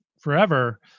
forever